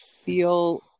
feel